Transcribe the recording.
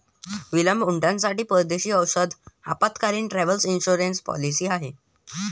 विलंब उड्डाणांसाठी परदेशी औषध आपत्कालीन, ट्रॅव्हल इन्शुरन्स पॉलिसी आहे